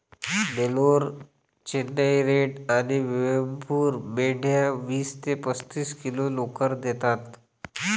Nellore, Chennai red आणि वेमपूर मेंढ्या वीस ते पस्तीस किलो लोकर देतात